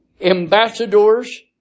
ambassadors